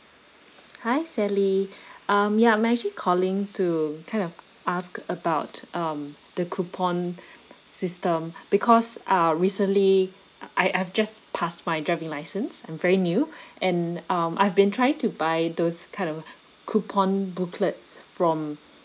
hi sally um ya I'm actually calling to kind of ask about um the coupon system because uh recently I I've just passed my driving license I'm very new and um I've been trying to buy those kind of uh coupon booklets from